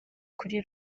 kuri